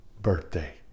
birthday